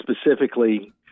specifically